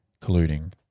colluding